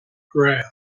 graph